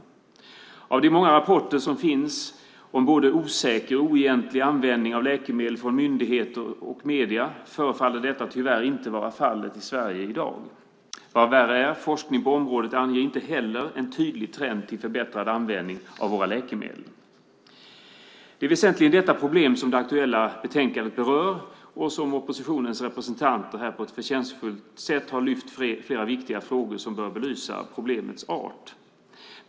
Enligt de många rapporter som finns från myndigheter och medier om både osäker och oegentlig användning av läkemedel förefaller detta tyvärr inte vara fallet i Sverige i dag. Vad värre är: Forskning på området anger inte heller en tydlig trend till förbättrad användning av läkemedel. Det är väsentligen detta problem som det aktuella betänkandet berör. Oppositionens representanter har här på ett förtjänstfullt sätt lyft upp flera viktiga frågor som bör belysa problemets art.